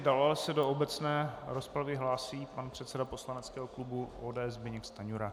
Dále se do obecné rozpravy hlásí pan předseda poslaneckého klubu ODS Zbyněk Stanjura.